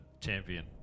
Champion